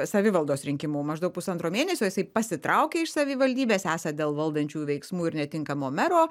savivaldos rinkimų maždaug pusantro mėnesio jisai pasitraukė iš savivaldybės esą dėl valdančiųjų veiksmų ir netinkamo mero